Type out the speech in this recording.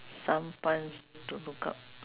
some funs to look up